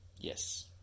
Yes